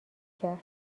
کرد